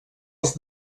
als